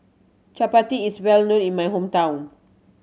Chapati is well known in my hometown